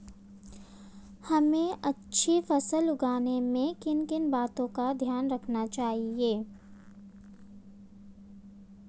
हमें अच्छी फसल उगाने में किन किन बातों का ध्यान रखना चाहिए?